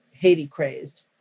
Haiti-crazed